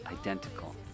identical